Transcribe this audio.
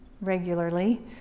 regularly